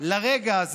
לרגע הזה,